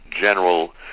general